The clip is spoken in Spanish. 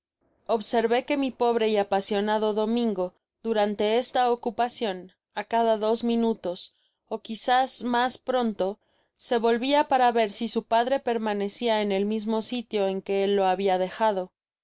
observé que mi pobre y apasionado domingo durante esta ocupacion á cada dos minutos ó quizás mas pronto se volvia para ver si su padre permanecia en el mismo sitio en que él lo habia dejado